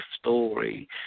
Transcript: story